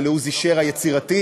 ולעוזי שר היצירתי.